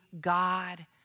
God